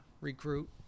recruit